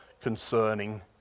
concerning